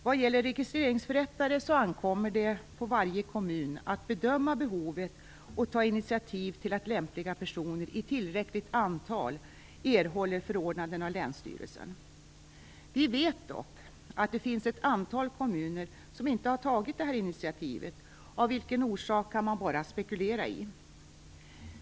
Vad gäller registreringsförrättare ankommer det på varje kommun att bedöma behovet och att ta initiativ till att lämpliga personer av tillräckligt antal erhåller förordnanden av länsstyrelsen. Vi vet dock att det finns ett antal kommuner som inte har tagit detta initiativ. Vad som är orsaken kan man bara spekulera över.